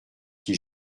qui